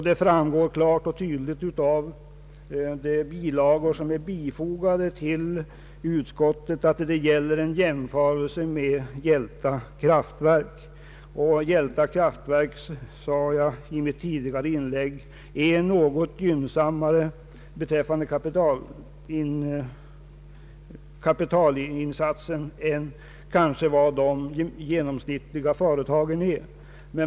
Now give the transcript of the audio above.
Det framgår klart och tydligt av de bilagor som är fogade till utskottets betänkande att det gäller en jämförelse med Hjälta kraftverk. Detta kraftverk är, som jag sade 1 mitt tidigare inlägg, i en något gynnsammare situation beträffande kapitalinsatser än vad de genomsnittliga företagen är.